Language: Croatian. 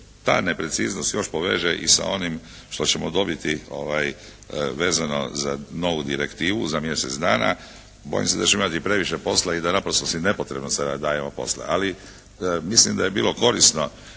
ta nepreciznost još poveže i sa onim što ćemo dobiti vezano za novu direktivu za mjesec dana bojim se da ću imati previše posla i da naprosto si nepotrebno sada dajemo posla. Ali mislim da bi bilo korisno